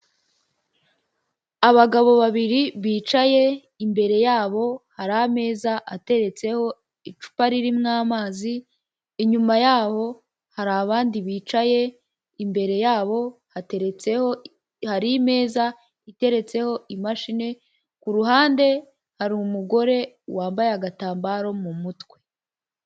Abagabo babiri bicaye imbere yabo hari ameza ateretseho icupa ririmo amazi, inyuma yaho hari abandi bicaye, imbere yabo hateretseho, hari imeza iteretseho imashini ku ruhande hari umugore wambaye agatambaro mu mutwe.